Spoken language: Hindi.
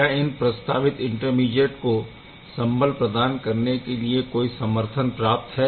क्या इन प्रस्तावित इंटरमीडिएट को संबल प्रदान करने के लिए कोई समर्थन प्राप्त है